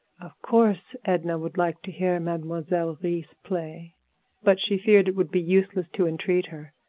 of course edna would like to hear mademoiselle reisz play but she feared it would be useless to entreat her.